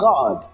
God